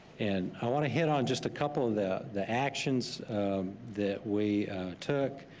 and i want to hit on just a couple of the the actions that we took.